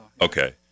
Okay